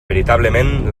veritablement